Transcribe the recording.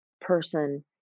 person